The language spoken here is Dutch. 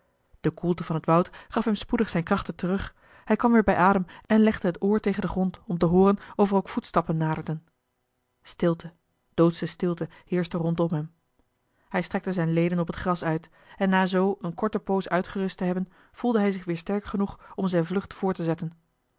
de koelte van het woud gaf hem spoedig zijne krachten terug hij kwam weer bij adem en legde het oor tegen den grond om te hooren of er ook voetstappen naderden stilte doodsche stilte heerschte rondom hem hij strekte zijne leden op het gras uit en na zoo eene korte poos uitgerust te hebben voelde hij zich weer sterk genoeg om zijne vlucht voort te zetten